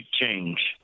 change